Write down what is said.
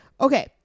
Okay